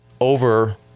over